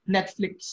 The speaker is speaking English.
Netflix